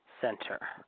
Center